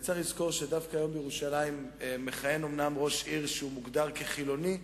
צריך לזכור שדווקא היום בירושלים מכהן אומנם ראש עיר שמוגדר כחילוני,